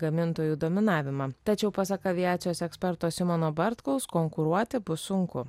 gamintojų dominavimą tačiau pasak aviacijos eksperto simono bartkaus konkuruoti bus sunku